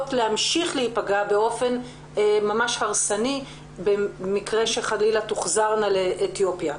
להמשיך להיפגע באופן ממש הרסני במקרה שחלילה תוחזרנה לאתיופיה.